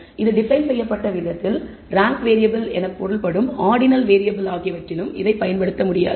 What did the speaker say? இது டிபைன் செய்யப்பட்ட விதத்தில் ரேங்க் வேறியபிள் என்று பொருள்படும் ஆர்டினல் வேறியபிள் ஆகியவற்றிலும் இதைப் பயன்படுத்த முடியாது